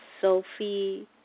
Sophie